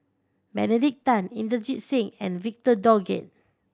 Benedict Tan Inderjit Singh and Victor Doggett